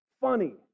funny